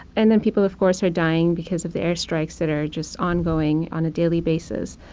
and then people, of course, are dying because of the air strikes that are just ongoing, on a daily basis.